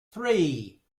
three